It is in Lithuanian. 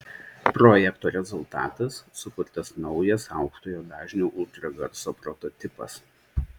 projekto rezultatas sukurtas naujas aukštojo dažnio ultragarso prototipas